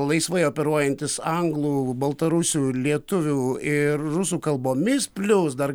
laisvai operuojantis anglų baltarusių lietuvių ir rusų kalbomis plius dar